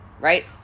right